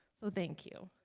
so, thank you